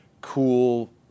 cool